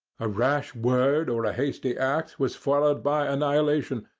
a rash word or a hasty act was followed by annihilation,